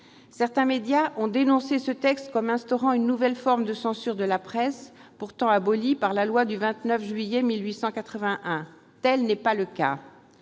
Certains médias ont dénoncé ce texte comme instaurant une nouvelle forme de censure de la presse, pourtant abolie par la loi du 29 juillet 1881. Tel n'est pas le cas.